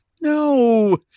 no